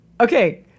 okay